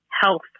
health